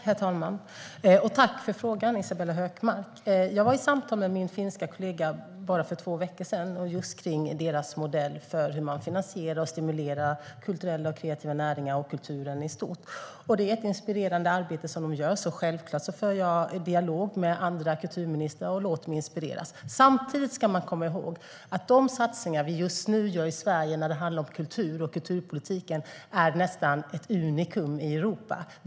Herr talman! Jag tackar Isabella Hökmark för frågan. För bara två veckor sedan hade jag samtal med min finska kollega om just deras modell för att finansiera och stimulera kulturella och kreativa näringar och kulturen i stort. De gör ett inspirerande arbete, så självklart har jag en dialog med andra kulturministrar och låter mig inspireras. Man ska samtidigt komma ihåg att de satsningar i kulturpolitiken som vi gör just nu i Sverige är nästan ett unikum i Europa.